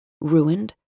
Ruined